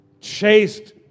chased